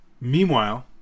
Meanwhile